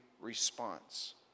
response